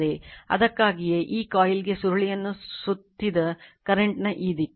ಅದಕ್ಕಾಗಿಯೇ ಈ ಕಾಯಿಲ್ ಗೆ ಸುರುಳಿಯನ್ನು ಸುತ್ತಿದ ಕರೆಂಟ್ ನ ಈ ದಿಕ್ಕು